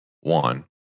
One